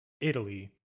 Italy